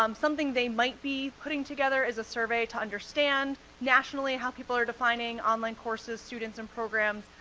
um something they might be putting together is a survey to understand nationally how people are defining online courses, students, and programs.